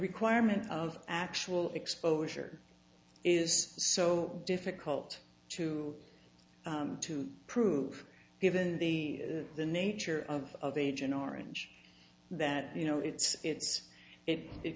requirement of actual exposure is so difficult to to prove given the nature of the agent orange that you know it's it's if it